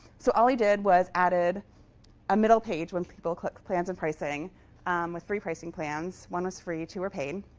so all he did was added a middle page when people clicked plans and pricing with three pricing plans one was free. two were paid.